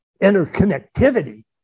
interconnectivity